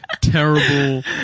terrible